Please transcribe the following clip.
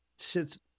shit's